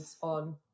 on